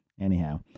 Anyhow